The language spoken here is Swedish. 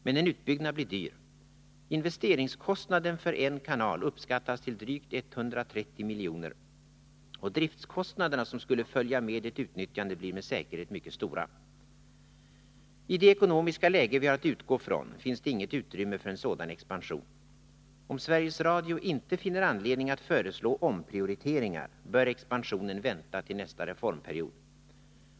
Men en utbyggnad blir dyr. Investeringskostnaden för en kanal uppskattas till drygt 130 milj.kr., och driftkostnaderna som skulle följa med ett utnyttjande blir med säkerhet mycket stora. I det ekonomiska läge vi har att utgå från finns det inget utrymme för en sådan expansion. Om Sveriges Radio inte finner anledning att föreslå omprioriteringar, bör expansionen vänta till nästa reformperiod.